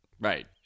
Right